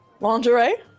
Lingerie